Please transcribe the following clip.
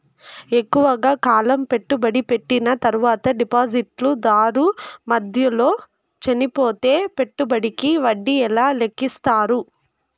ఎక్కువగా కాలం పెట్టుబడి పెట్టిన తర్వాత డిపాజిట్లు దారు మధ్యలో చనిపోతే పెట్టుబడికి వడ్డీ ఎలా లెక్కిస్తారు?